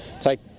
take